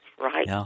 Right